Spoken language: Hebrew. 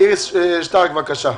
איריס שטרק, בבקשה.